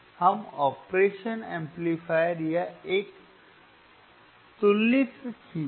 हम operation amplifier या एक तुलनित्र खींचें